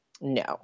no